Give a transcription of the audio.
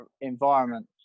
environment